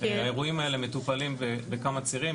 האירועים האלה מטופלים בכמה צירים,